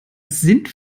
sind